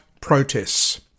protests